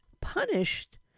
punished